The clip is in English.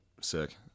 Sick